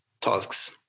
tasks